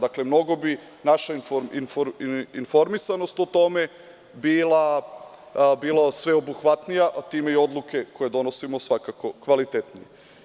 Dakle, mogla bi naša informisanost o tome biti sveobuhvatnija, time i odluke koje donosimo, svakako kvalitetnije.